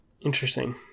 Interesting